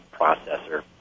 processor